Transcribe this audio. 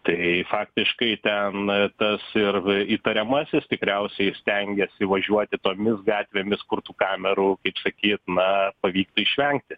tai faktiškai ten tas ir įtariamasis tikriausiai stengiasi važiuoti tomis gatvėmis kur tų kamerų kaip sakyt na pavyktų išvengti